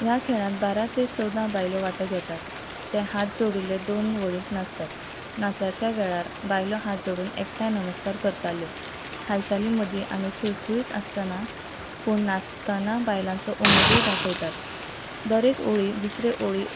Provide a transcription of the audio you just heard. ह्या खेळांत बारा ते चवदा बायलो वांटो घेतात ते हात जोडिल्ले दोन वळींत नाचतात नाचाच्या वेळार बायलो हात जोडून एकठांय नमस्कार करताल्यो हालचाली मदीं आनी सुळसुळीत आसतना पूण नाचतना बायलांचो उमेदूय दाखयतात दर एक ओळी दुसरे ओळी